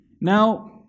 Now